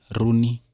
Rooney